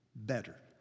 Better